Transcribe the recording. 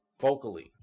Vocally